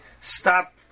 stop